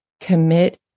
Commit